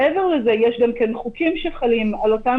מעבר לכך יש גם חוקים שחלים על אותם